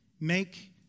make